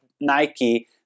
nike